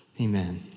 Amen